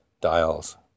dials